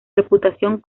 reputación